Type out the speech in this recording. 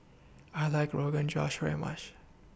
I like Rogan Josh very much